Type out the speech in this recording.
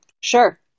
Sure